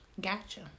Gotcha